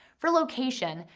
for location,